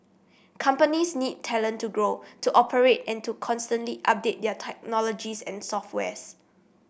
companies need talent to grow to operate and to constantly update their technologies and software's